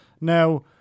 Now